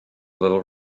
little